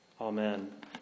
Amen